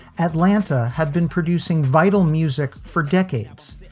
atlanta have been producing vital music for decades.